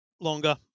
Longer